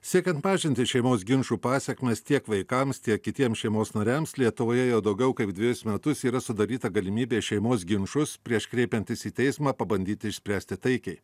siekiant mažinti šeimos ginčų pasekmes tiek vaikams tiek kitiems šeimos nariams lietuvoje jau daugiau kaip dvejus metus yra sudaryta galimybė šeimos ginčus prieš kreipiantis į teismą pabandyti išspręsti taikiai